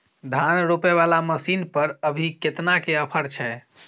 धान रोपय वाला मसीन पर अभी केतना के ऑफर छै?